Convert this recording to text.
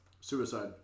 Suicide